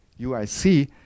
UIC